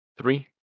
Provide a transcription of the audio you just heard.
Three